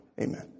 Amen